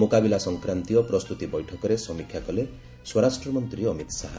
ମୁକାବିଲା ସଂକ୍ରାନ୍ତୀୟ ପ୍ରସ୍ତୁତି ବୈଠକରେ ସମୀକ୍ଷା କଲେ ସ୍ୱରାଷ୍ଟ୍ର ମନ୍ତ୍ରୀ ଅମିତ ଶାହା